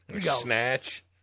Snatch